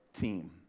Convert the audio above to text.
team